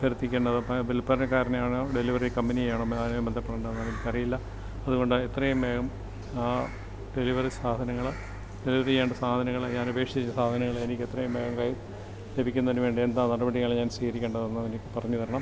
അഭ്യർത്ഥിക്കേണ്ടത് അപ്പോൾ വില്പനക്കാരനെയാണോ ഡെലിവറി കമ്പനിയെ ആണോ ബന്ധപ്പെടേണ്ടത് എന്ന് എനിക്കറിയില്ല അതുകൊണ്ട് എത്രയും വേഗം ആ ഡെലിവറി സാധനങ്ങൾ ഡെലിവറി ചെയ്യേണ്ട സാധനങ്ങൾ ഞാൻ അപേക്ഷിച്ച സാധനങ്ങൾ എനിക്ക് എത്രയും വേഗം ലഭിക്കുന്നതിന് വേണ്ടി എന്താ നടപടികൾ ഞാൻ സ്വീകരിക്കേണ്ടത് എന്ന് എനിക്ക് പറഞ്ഞ് തരണം